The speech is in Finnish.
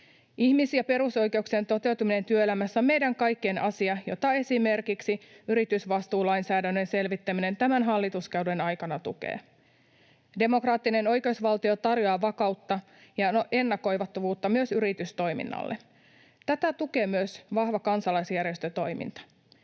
Ihmis- ja perusoikeuksien toteutuminen työelämässä on meidän kaikkien asia, jota esimerkiksi yritysvastuulainsäädännön selvittäminen tämän hallituskauden aikana tukee. Demokraattinen oikeusvaltio tarjoaa vakautta ja ennakoitavuutta myös yritystoiminnalle. Tätä tukee myös vahva kansalaisjärjestötoiminta.